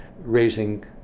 raising